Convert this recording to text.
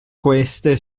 queste